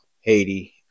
Haiti